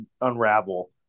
unravel